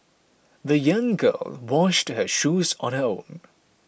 the young girl washed her shoes on her own